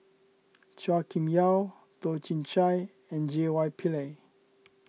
Chua Kim Yeow Toh Chin Chye and J Y Pillay